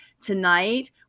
Tonight